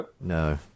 No